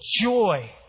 joy